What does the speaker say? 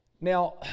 Now